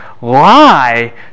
lie